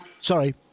sorry